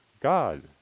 God